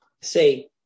Say